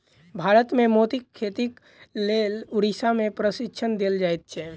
भारत मे मोतीक खेतीक लेल उड़ीसा मे प्रशिक्षण देल जाइत छै